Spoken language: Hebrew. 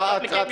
אחד.